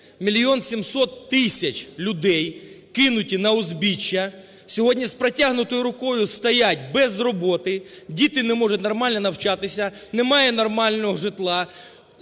Мільйон 700 тисяч людей кинуті на узбіччя, сьогодні з протягнутою рукою стоять без роботи, діти не можуть нормально навчатися, немає нормального житла.